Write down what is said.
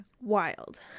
wild